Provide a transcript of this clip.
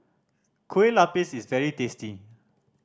Kueh Lupis is very tasty